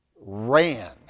ran